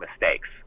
mistakes